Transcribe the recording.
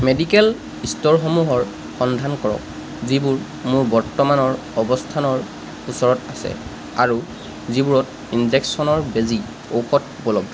medical ষ্ট'ৰসমূহৰ সন্ধান কৰক যিবোৰ মোৰ বৰ্তমানৰ অৱস্থানৰ ওচৰত আছে আৰু যিবোৰত ইনজেকশ্যনৰ বেজী ঔষধ উপলব্ধ